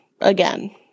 again